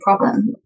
problem